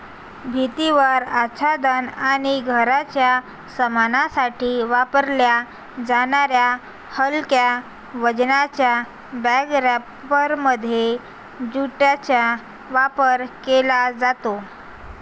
भिंतीवर आच्छादन आणि घराच्या सामानासाठी वापरल्या जाणाऱ्या हलक्या वजनाच्या बॅग रॅपरमध्ये ज्यूटचा वापर केला जातो